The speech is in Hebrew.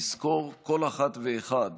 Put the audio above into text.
נזכור כל אחת ואחד